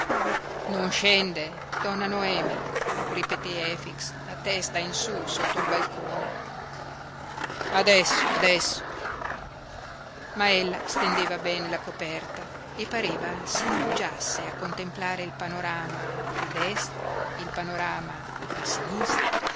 non scende donna noemi ripeté efix a testa in su sotto il balcone adesso adesso ma ella stendeva bene la coperta e pareva s'indugiasse a contemplare il panorama a destra il panorama a sinistra